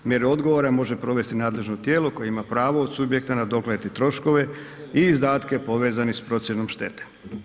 Mjere odgovora može provesti nadležno tijelo koje ima pravo od subjekta nadoknaditi troškove i izdatke povezane s procjenom štete.